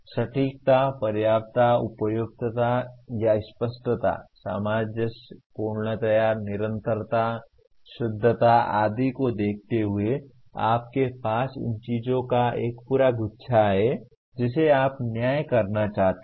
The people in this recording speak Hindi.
सटीकता पर्याप्तता उपयुक्तता या स्पष्टता सामंजस्य पूर्णता निरंतरता शुद्धता आदि को देखते हुए आपके पास इन चीजों का एक पूरा गुच्छा है जिसे आप न्याय करना चाहते हैं